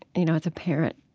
you know, as a parent,